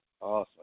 Awesome